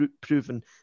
proven